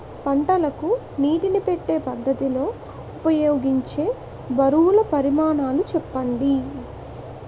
పంటలకు నీటినీ పెట్టే పద్ధతి లో ఉపయోగించే బరువుల పరిమాణాలు చెప్పండి?